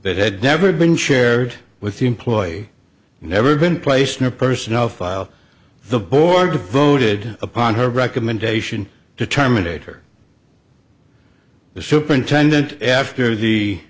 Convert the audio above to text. that had never been shared with the employ never been placed in a personnel file the board voted upon her recommendation to terminate or the superintendent after the